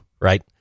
right